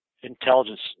intelligence